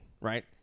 right